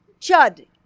Chud